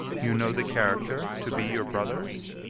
you know the character to be your brother's?